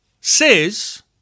says